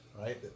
right